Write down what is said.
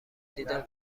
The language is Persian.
دیدم